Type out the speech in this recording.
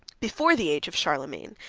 before the age of charlemagne,